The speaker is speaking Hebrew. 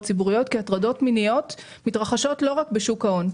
ציבוריות כי הטרדות מיניות מתרחשות לא רק בשוק ההון.